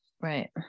Right